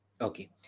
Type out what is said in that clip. Okay